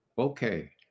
Okay